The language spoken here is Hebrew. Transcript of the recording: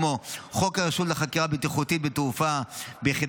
כמו חוק הרשות לחקירה בטיחותית בתעופה ביחס